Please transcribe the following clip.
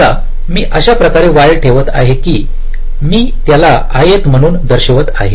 समजा मी अशा प्रकारे वायर ठेवत आहे की मी त्याला आयत म्हणून दर्शवित आहे